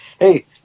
Hey